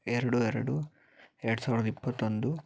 ಎರಡು ಎರಡು ಎರಡು ಸಾವಿರದ ಇಪ್ಪತ್ತೊಂದು